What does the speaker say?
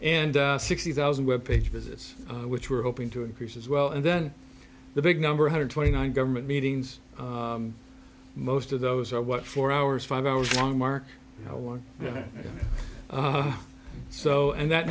and sixty thousand web page visits which we're hoping to increase as well and then the big number one hundred twenty nine government meetings most of those are what four hours five hours long mark one so and that